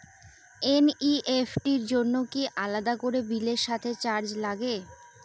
NEFT র জন্য কি আলাদা করে বিলের সাথে চার্জ লাগে?